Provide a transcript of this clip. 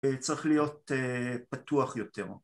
‫וצריך להיות פתוח יותר.